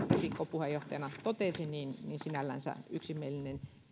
puheenjohtajana totesi niin tämä on sinällänsä yksimielinen